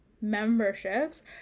memberships